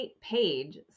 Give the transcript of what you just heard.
page